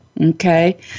Okay